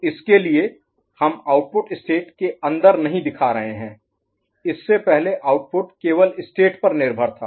तो इसके लिए हम आउटपुट स्टेट के अंदर नहीं दिखा रहे हैं इससे पहले आउटपुट केवल स्टेट पर निर्भर था